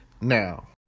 now